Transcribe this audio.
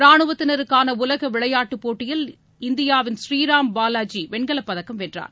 ராணுவத்தினருக்கான உலக விளையாட்டுப் போட்டியில் இந்தியாவின் ஸ்ரீராம் பாவாஜி வெண்கலப் பதக்கம் வென்றார்